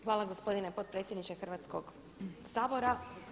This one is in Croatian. Hvala gospodine potpredsjedniče Hrvatskoga sabora.